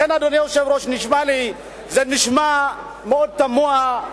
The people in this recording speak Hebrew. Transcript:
לכן, אדוני היושב-ראש, זה נשמע מאוד תמוה.